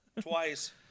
twice